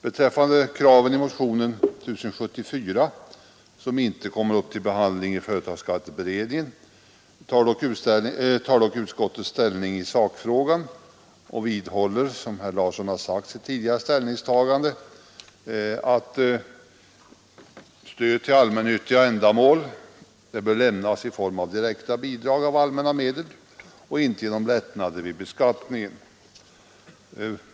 Beträffande kraven i motionen 1074, som inte kommer upp till behandling i företagsskatteberedningen, tar dock utskottet ställning i sakfrågan och vidhåller, som herr Larsson i Umeå har sagt, sitt tidigare ställningstagande att stöd till allmännyttiga ändamål bör lämnas i form av direkta bidrag av allmänna medel och inte genom lättnader vid beskattningen.